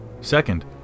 Second